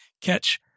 catch